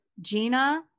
Gina